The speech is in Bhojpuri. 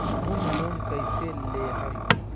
होम लोन कैसे लेहम?